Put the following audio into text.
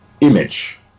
image